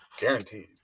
guaranteed